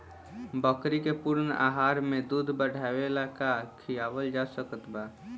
बकरी के पूर्ण आहार में दूध बढ़ावेला का खिआवल जा सकत बा?